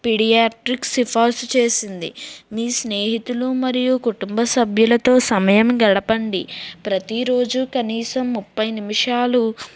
paediatrics సిఫార్సు చేసింది మీ స్నేహితులు మరియు కుటుంబ సభ్యులతో సమయం గడపండి ప్రతిరోజు కనీసం ముప్పై నిమిషాలు